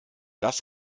das